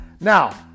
Now